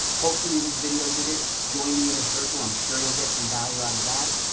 hopefully this video did it. join the inner circle. i'm sure you'll get some value out of that.